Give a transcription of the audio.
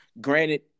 Granted